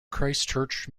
christchurch